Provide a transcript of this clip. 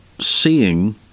seeing